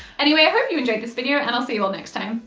anyway, i hope you enjoyed this video and i'll see you all next time.